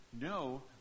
no